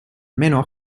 meno